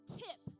tip